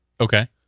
Okay